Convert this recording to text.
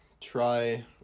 try